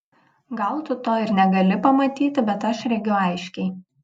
gal tu to ir negali pamatyti bet aš regiu aiškiai